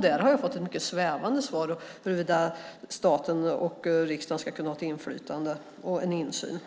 Där har jag fått mycket svävande svar på frågan huruvida staten och riksdagen ska kunna ha ett inflytande och en insyn.